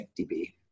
DB